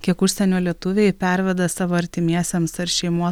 kiek užsienio lietuviai perveda savo artimiesiems ar šeimo